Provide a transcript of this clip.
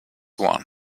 one